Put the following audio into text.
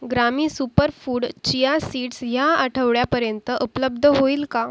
ग्रामी superfood chia seeds या आठवड्यापर्यंत उपलब्ध होईल का